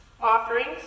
Offerings